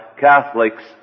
Catholics